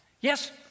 yes